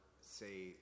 say